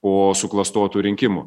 po suklastotų rinkimų